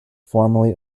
formally